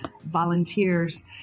volunteers